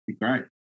Great